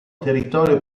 territorio